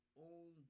own